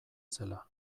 zela